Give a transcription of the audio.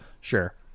Sure